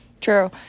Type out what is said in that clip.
True